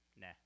Nah